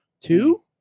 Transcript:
Two